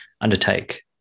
undertake